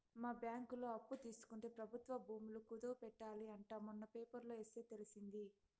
ఈ బ్యాంకులో అప్పు తీసుకుంటే ప్రభుత్వ భూములు కుదవ పెట్టాలి అంట మొన్న పేపర్లో ఎస్తే తెలిసింది